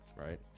right